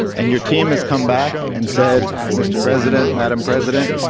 and your team has come back and said, mr. president, madame president,